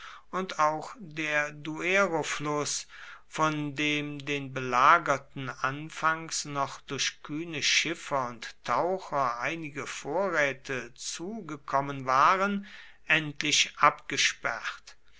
und auch der duerofluß auf dem den belagerten anfangs noch durch kühne schiffer und taucher einige vorräte zugekommen waren endlich abgesperrt